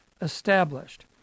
established